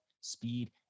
speed